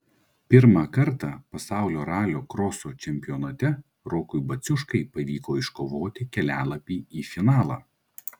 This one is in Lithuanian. pirmą kartą pasaulio ralio kroso čempionate rokui baciuškai pavyko iškovoti kelialapį į finalą